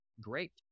great